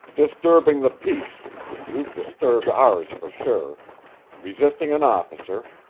disturbing the peace you've disturbed ours for sure resisting an officer,